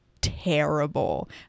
terrible